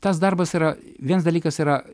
tas darbas yra vienas dalykas yra